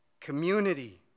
Community